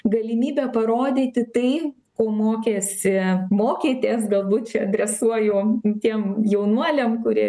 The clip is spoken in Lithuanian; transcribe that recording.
galimybę parodyti tai ko mokėsi mokėtės galbūt čia adresuoju tiem jaunuoliam kurie